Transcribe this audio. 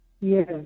yes